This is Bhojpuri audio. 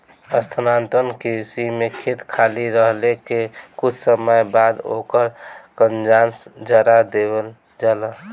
स्थानांतरण कृषि में खेत खाली रहले के कुछ समय बाद ओकर कंजास जरा देवल जाला